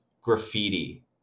graffiti